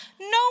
No